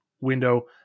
window